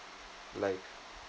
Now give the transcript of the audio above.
like